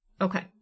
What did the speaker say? Okay